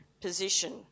position